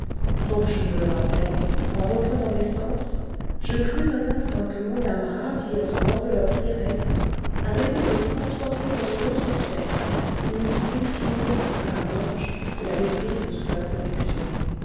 oh je me le rappelle en reprenant mes sens je crus un instant que mon âme ravie à son enveloppe terrestre avait été transportée dans une autre sphère où une sylphide un ange l'avait prise sous sa protection